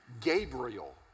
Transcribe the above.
Gabriel